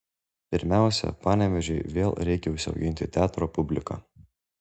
pirmiausia panevėžiui vėl reikia užsiauginti teatro publiką